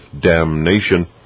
damnation